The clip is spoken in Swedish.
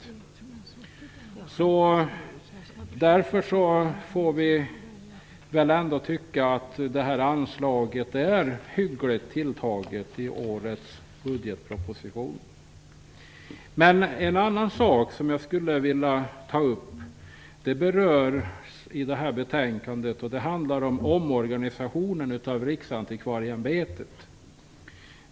Därför får vi ändå tycka att anslaget i årets budgetproposition är hyggligt tilltaget. En annan sak i betänkandet som jag skulle vilja ta upp är omorganisationen på Riksantikvarieämbetet.